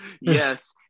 yes